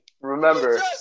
remember